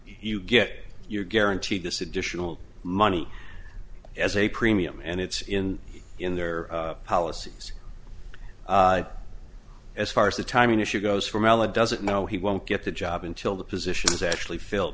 you get you're guaranteed this additional money as a premium and it's in in their policies as far as the timing issue goes from ella doesn't know he won't get the job until the position is actually filled